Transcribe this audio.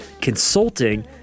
consulting